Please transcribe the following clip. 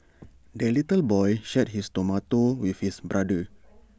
the little boy shared his tomato with his brother